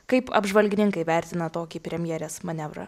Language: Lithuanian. kaip apžvalgininkai vertina tokį premjerės manevrą